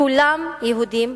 כולם יהודים,